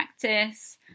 practice